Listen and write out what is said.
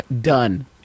done